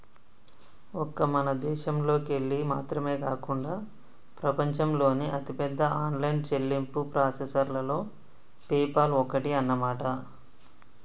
ఒక్క మన దేశంలోకెళ్ళి మాత్రమే కాకుండా ప్రపంచంలోని అతిపెద్ద ఆన్లైన్ చెల్లింపు ప్రాసెసర్లలో పేపాల్ ఒక్కటి అన్నమాట